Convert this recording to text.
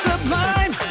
Sublime